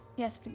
yes,